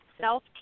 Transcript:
self